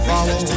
Follow